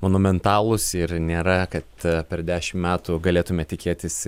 monumentalūs ir nėra kad per dešimt metų galėtume tikėtis